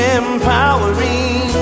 empowering